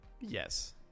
Yes